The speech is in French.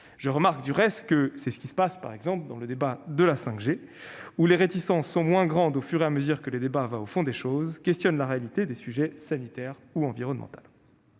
Je remarque, du reste, que c'est ce qui se passe, par exemple, dans le débat sur la 5G : les réticences s'amenuisent à mesure que le débat va au fond des choses, interrogeant la réalité des sujets sanitaires ou environnementaux.